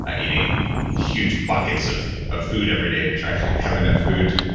ah eating huge buckets of of food every day to try and have enough food.